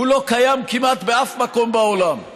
לא קיים כמעט בשום מקום בעולם.